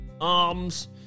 arms